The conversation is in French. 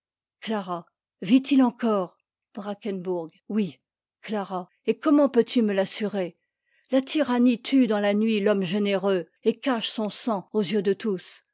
douter vit-il encore oui et comment peux-tu me l'assurer la tyrannie tue dans la nuit l'homme généreux et cache son sang aux yeux de tous